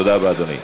תודה רבה, אדוני.